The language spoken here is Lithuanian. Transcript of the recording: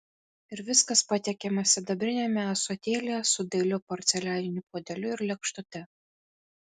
ir viskas patiekiama sidabriniame ąsotėlyje su dailiu porcelianiniu puodeliu ir lėkštute